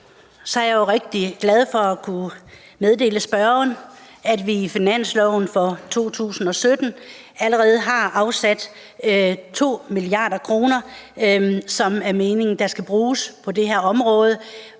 jeg jo rigtig glad for at kunne meddele spørgeren, at vi i finansloven for 2017 allerede har afsat 2 mia. kr., som det er meningen skal bruges på det her område.